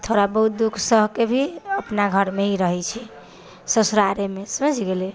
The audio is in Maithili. थोड़ा बहुत दुःख सहिके भी अपना घरमे ही रहै छी ससुरारेमे समझ गेली